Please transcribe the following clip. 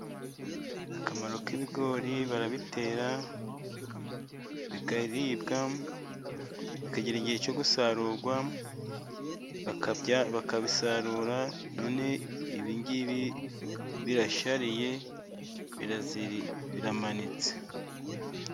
Akamaro k'ibigori barabitera, bikaribwa, bikagira igihe cyo gusarurwa, bakabya bakabisarura. None ibi ngibi birashariye, biramanitse.